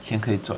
钱可以赚